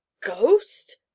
ghost